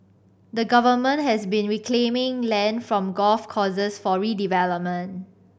the Government has been reclaiming land from golf courses for redevelopment